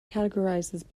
categorizes